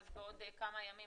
אז בעוד כמה ימים,